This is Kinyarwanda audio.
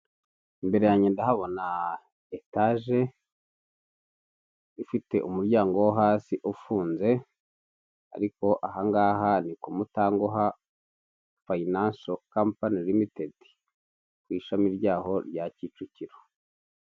Imbere yange ndahabona etaje ifite umuryango wo hasi ufunze, ariko aha ngaha ni ku mutanguha fayinansho kampani limitedi ku ishami ryaho rya Kicukiro.